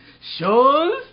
Shows